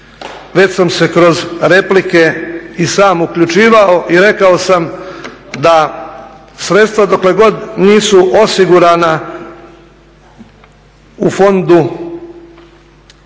Već sam se kroz replike i sam uključivao i rekao sam da sredstva dokle god nisu osigurana u fondu